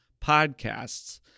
Podcasts